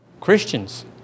Christians